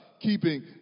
keeping